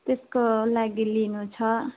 त्यसको लागि लिनु छ